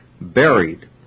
buried